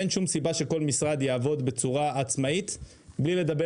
אין שום סיבה שכל משרד יעבוד בצורה עצמאית בלי לדבר